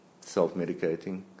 Self-medicating